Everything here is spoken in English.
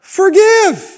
forgive